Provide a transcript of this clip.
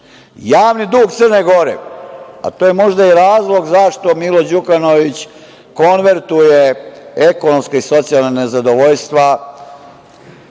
Javni dug Crne Gore, a to je možda i razlog zašto Milo Đukanović konvertuje ekonomska i socijalna nezadovoljstva